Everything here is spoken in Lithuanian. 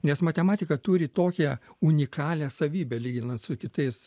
nes matematika turi tokią unikalią savybę lyginant su kitais